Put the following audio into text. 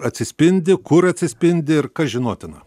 atsispindi kur atsispindi ir kas žinotina